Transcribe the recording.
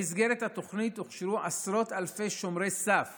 במסגרת התוכנית הוכשרו עשרות אלפי שומרי סף